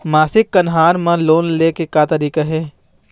मासिक कन्हार म लोन ले के का तरीका हे?